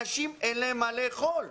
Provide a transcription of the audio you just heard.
לאנשים אין מה לאכול.